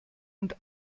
und